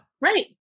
Right